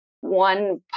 one